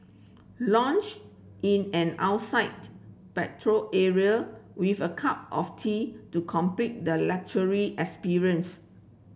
lounged in an outside patio area with a cup of tea to complete the luxury experience